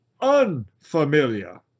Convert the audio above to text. unfamiliar